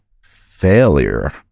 failure